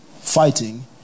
fighting